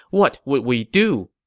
what would we do?